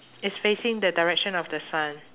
it's facing the direction of the sun